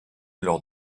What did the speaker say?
lors